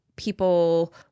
people